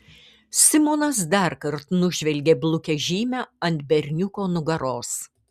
simonas darkart nužvelgė blukią žymę ant berniuko nugaros